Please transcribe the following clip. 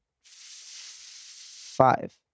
five